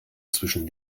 zwischen